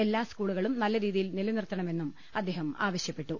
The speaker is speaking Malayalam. എല്ലാ സ് കൂളുകളും നല്ല രീതിയിൽ നിലനിർത്തണമെന്നും അദ്ദേഹം ആവശ്യപ്പെട്ടു